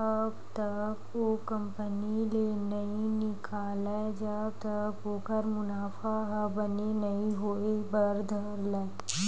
तब तक ओ कंपनी ले नइ निकलय जब तक ओखर मुनाफा ह बने नइ होय बर धर लय